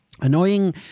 annoying